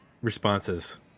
responses